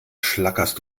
schlackerst